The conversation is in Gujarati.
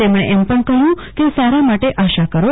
તેમણે એમ પણ કહ્યું કે સારા માટે આશા કરો